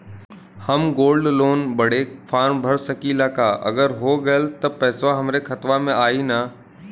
हम gold loan बड़े form भर सकी ला का अगर हो गैल त पेसवा हमरे खतवा में आई ना?